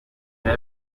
era